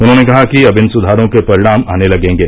उन्होंने कहा कि अब इन सुधारों के परिणाम आने लगेंगे